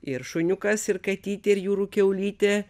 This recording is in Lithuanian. ir šuniukas ir katytė ir jūrų kiaulytė